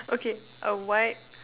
okay a white